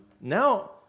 now